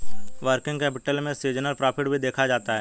working capital में seasonal profit भी देखा जाता है